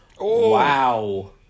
Wow